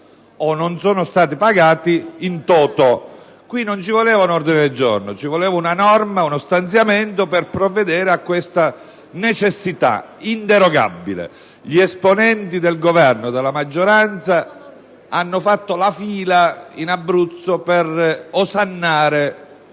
non sono stati pagati *in toto*. Non è materia da ordine del giorno: ci voleva una norma, uno stanziamento per provvedere a questa necessità inderogabile. Gli esponenti del Governo e della maggioranza hanno fatto la fila in Abruzzo per osannare